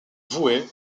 voué